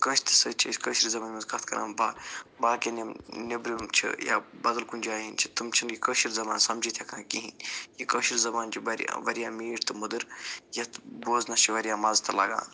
کٲنٛسہِ تہِ سۭتۍ چھِ أسۍ کٲشرِ زبٲنۍ منٛز کتھ کَران با باقین یِم نیٚبرِم چھِ یا بدل کُنہِ جاے ہِنٛدۍ چھِ تِم چھِنہٕ یہِ کٲشٕر زبان سمجِتھ ہٮ۪کان کِہیٖنۍ یہِ کٲشٕر زبان چھِ وارِیاہ وارِیاہ میٖٹھ تہٕ مٔدٕر یتھ بوزنس چھِ وارِیاہ مزٕ تہٕ لگان